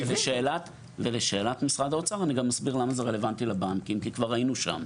ולשאלת משרד האוצר אני אסביר למה זה רלוונטי לבנקים כי כבר היינו שם.